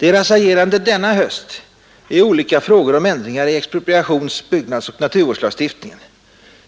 Deras agerande denna höst i olika frågor om ändringar i expropriations-, byggnadsoch naturvårdslagstiftningen